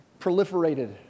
proliferated